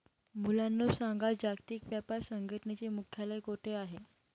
मुलांनो सांगा, जागतिक व्यापार संघटनेचे मुख्यालय कोठे आहे